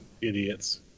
idiots